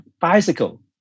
bicycle